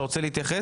אתה רוצה להתייחס?